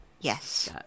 Yes